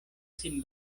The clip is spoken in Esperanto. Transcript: sin